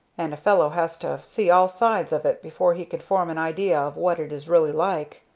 and a fellow has to see all sides of it before he can form an idea of what it is really like.